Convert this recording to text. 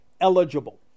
eligible